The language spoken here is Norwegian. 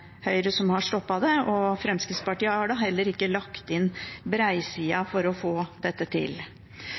Høyre som har stoppet det, og Fremskrittspartiet har da heller ikke lagt breisida til for å få dette til.